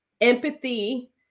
empathy